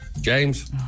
James